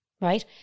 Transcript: Right